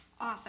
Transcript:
author